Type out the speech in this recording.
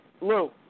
Lou